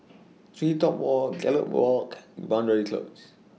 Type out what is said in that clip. TreeTop Walk Gallop Walk and Boundary Close